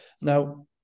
Now